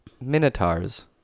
Minotaurs